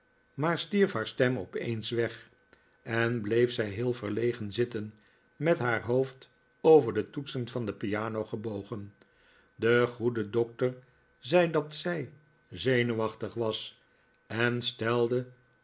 maar stierf haar stem opeens weg en bleef zij heel verlegen zitten met haar hoofd over de toetsen van de piano gebogen de goede doctor zei dat zij zenuwachtig was en stelde